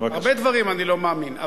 הרבה דברים אני לא מאמין.